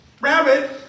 rabbit